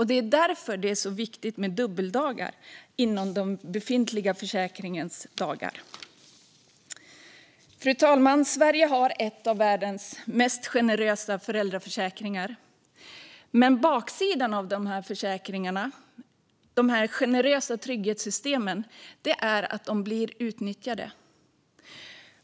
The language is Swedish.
Det är därför det är så viktigt med dubbeldagar inom den befintliga försäkringens dagar. Fru talman! Sverige har en av världens mest generösa föräldraförsäkringar. Men baksidan av de här generösa trygghetssystemen är att de blir utnyttjade.